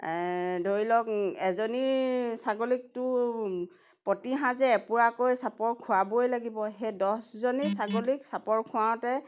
ধৰি লওক এজনী ছাগলীকটো প্ৰতি সাঁজে এপুৰাকৈ চাপৰ খুৱাবই লাগিব সেই দহজনী ছাগলীক চাপৰ খুৱাওঁতে